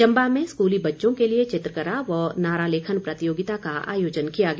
चम्बा में स्कूली बच्चों के लिए चित्रकला व नारा लेखन प्रतियोगिता का आयोजन किया गया